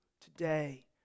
today